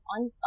on